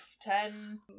ten